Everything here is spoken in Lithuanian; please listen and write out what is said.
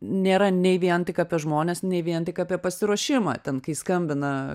nėra nei vien tik apie žmones nei vien tik apie pasiruošimą ten kai skambina